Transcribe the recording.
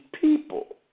people